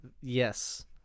yes